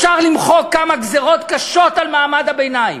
אפשר למחוק כמה גזירות קשות על מעמד הביניים.